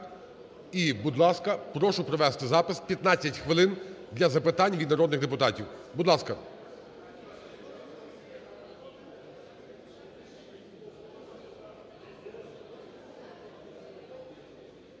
І, будь ласка, прошу провести запис, 15 хвилин для запитань від народних депутатів. Будь ласка.